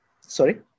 Sorry